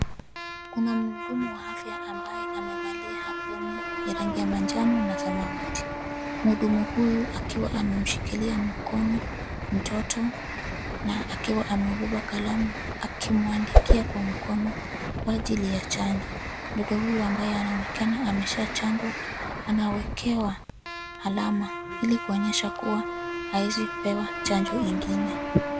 Kuna mhudumu wa afya ambaye amevalia aproni ya rangi ya manjano na samawati. Mhudumu huyu akiwa amemshikilia mkono mtoto, na akiwa ameubeba kalamu akimwandikia kwa mkono, kwa ajili ya chanjo. Mtoto huyu ambaye anaonekana ameshachanjwa, anawekewa alama ili kuonyesha kuwa haizipewa chanjo ingine.